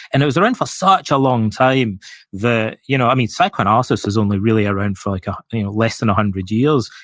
and it was around for such a long time that, you know i mean, psychoanalysis was only really around for like ah less than a hundred years,